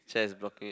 chair is blocking it